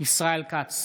ישראל כץ,